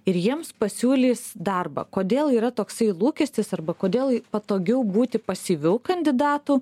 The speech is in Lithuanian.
ir jiems pasiūlys darbą kodėl yra toksai lūkestis arba kodėl patogiau būti pasyviu kandidatu